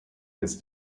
his